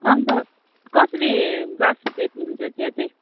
अन्त कसरी ग्लास बेच्नुहुन्छ चिया चाहिँ